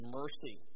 mercy